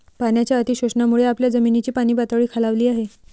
पाण्याच्या अतिशोषणामुळे आपल्या जमिनीची पाणीपातळी खालावली आहे